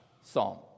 psalm